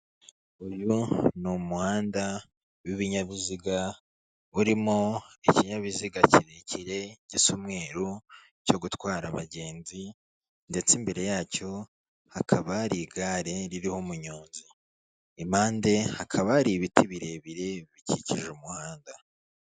Uyu ni umuhanda w'ibinyabiziga urimo ikinyabiziga kirekire gisa umweru cyo gutwara abagenzi ndetse imbere yacyo hakaba hari igare ririho umunyonzi, impande hakaba hari ibiti birebire bikikije umuhanda.